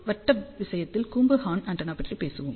வட்ட விஷயத்தில் கூம்பு ஹார்ன் ஆண்டெனா பற்றி பேசுவோம்